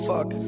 Fuck